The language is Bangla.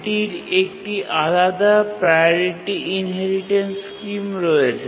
এটির একটি আলাদা প্রাওরিটি ইনহেরিটেন্স স্কিম রয়েছে